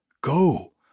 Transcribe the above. Go